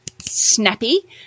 snappy